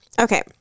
okay